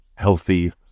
Healthy